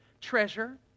Treasure